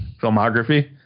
filmography